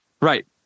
right